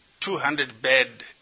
200-bed